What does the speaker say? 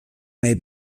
may